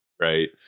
right